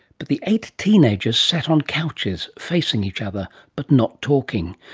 but the eight teenagers sat on couches facing each other, but not talking.